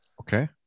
Okay